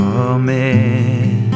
amen